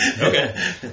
Okay